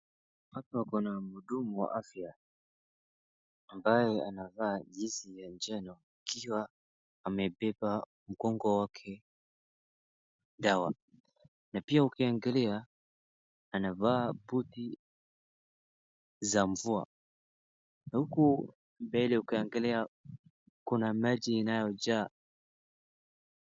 Hapa kuna mhudumu wa afya, ambaye anavaa jezi ya njano, akiwa amebeba mgongo wake dawa. Na pia ukiangalia, anavaa buti za mvua. Na huku mbele ukiangalia, kuna maji inayojaa.